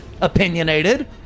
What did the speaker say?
opinionated